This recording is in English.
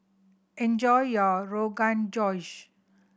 enjoy your Rogan Josh